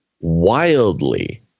wildly